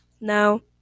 No